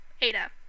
Ada